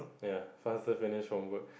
ya faster finish homework